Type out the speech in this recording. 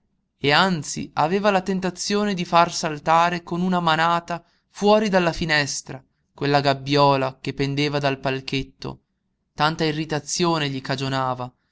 e anzi aveva la tentazione di far saltare con una manata fuori della finestra quella gabbiola che pendeva dal palchetto tanta irritazione gli cagionava